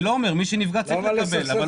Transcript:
מי שנפגע צריך לקבל, לא